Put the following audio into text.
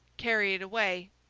carry it away